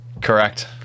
Correct